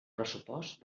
pressupost